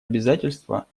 обязательства